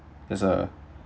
there's uh